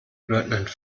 leutnant